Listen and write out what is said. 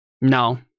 No